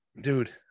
Dude